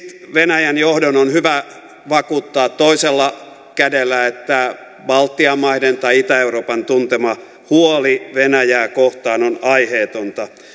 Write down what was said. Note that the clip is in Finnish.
venäjän johdon on hyvä vakuuttaa toisella kädellä että baltian maiden tai itä euroopan tuntema huoli venäjää kohtaan on aiheetonta